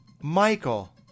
Michael